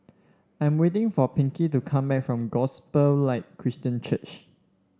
I'm waiting for Pinkie to come back from Gospel Light Christian Church